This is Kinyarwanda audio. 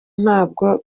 ntabwo